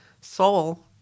soul